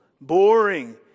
boring